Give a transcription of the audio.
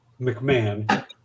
McMahon